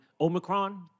Omicron